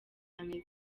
ameze